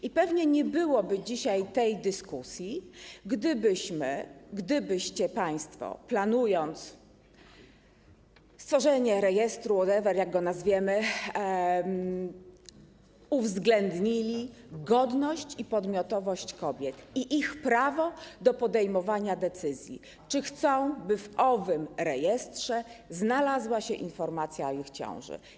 I pewnie nie byłoby dzisiaj tej dyskusji, gdybyście państwo, planując stworzenie rejestru, whatever jak go nazwiemy, uwzględnili godność i podmiotowość kobiet i ich prawo do podejmowania decyzji, czy chcą, by w owym rejestrze znalazła się informacja o ich ciąży.